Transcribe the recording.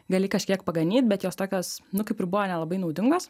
gali kažkiek paganyt bet jos tokios nu kaip ir buvo nelabai naudingos